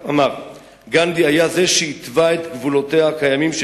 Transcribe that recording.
"גנדי היה זה שהתווה את גבולותיה הקיימים של